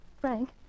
Frank